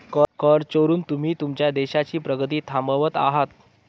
कर चोरून तुम्ही तुमच्या देशाची प्रगती थांबवत आहात